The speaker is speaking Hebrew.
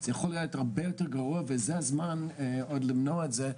זה יכול היה להיות הרבה יותר גרוע וזה הזמן עוד למנוע את זה.